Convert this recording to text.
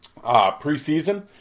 preseason